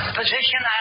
position